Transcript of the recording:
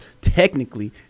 technically